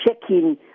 checking